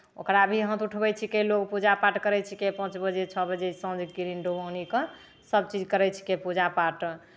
ओकरा भी हाथ उठबै छिकै लोक पूजापाठ करै छिकै पाँच बजे छओ बजे शाममे किरण डुबानीपर सभचीज करै छिकै पूजापाठ